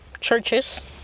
Churches